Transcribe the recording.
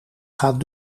gaat